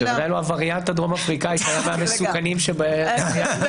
הווריאנט הדרום אפריקאי הוא אחד המסוכנים שבקורונה.